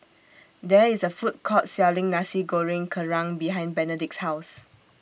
There IS A Food Court Selling Nasi Goreng Kerang behind Benedict's House